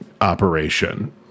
operation